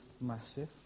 massive